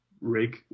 rig